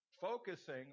Focusing